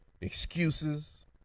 excuses